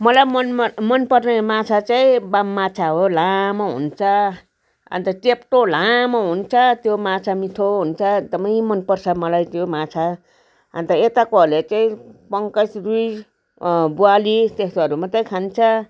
मलाई मनम मनपर्ने माछा चाहिँ बाम माछा हो लामो हुन्छ अन्त चेप्टो लामो हुन्छ त्यो माछा मिठो हुन्छ एकदमै मनपर्छ मलाई त्यो माछा अन्त यताकोहरूले चाहिँ पङ्कज रुई ग्वाली त्यस्तोहरू मात्रै खान्छ